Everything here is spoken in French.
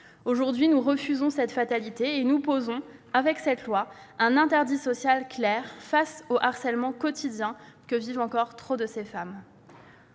Aujourd'hui, nous refusons cette fatalité et nous posons, avec le présent texte, un interdit social clair face au harcèlement quotidien que vit encore un trop grand nombre